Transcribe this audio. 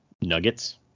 Nuggets